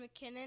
McKinnon